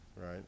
right